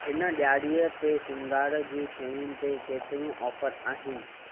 हिन ॾियारीअ ते सींगार जी शयुनि ते केतिरियूं ऑफर आहिनि